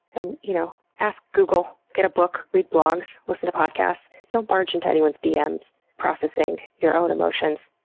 and you know, ask google, get a book, read blogs, listen to podcasts. don't barge into anyone's dms processing your own emotions.